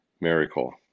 miracle